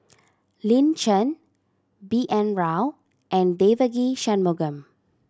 Lin Chen B N Rao and Devagi Sanmugam